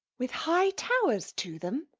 with high towers to them?